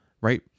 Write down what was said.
right